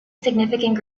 significant